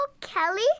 kelly